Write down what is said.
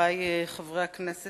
חוק ומשפט.